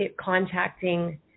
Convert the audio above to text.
contacting